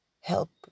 help